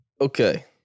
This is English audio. Okay